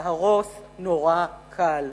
להרוס נורא קל.